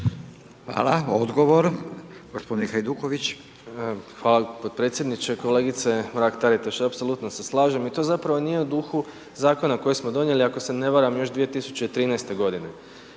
**Hajduković, Domagoj (SDP)** Hvala potpredsjedniče. Kolegice Mrak Taritaš, apsolutno se slažem i to zapravo nije u duhu zakona koji smo donijeli, ako se ne varam još 2013. godine.